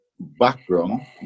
background